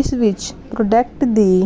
ਇਸ ਵਿੱਚ ਪ੍ਰੋਡਕਟ ਦੀ